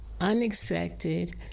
unexpected